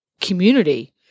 community